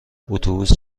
اتوبوس